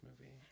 movie